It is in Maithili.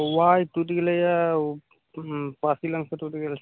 पौआ जे टुटि गेलै यऽ ओ पासी लगसे टुटि गेलै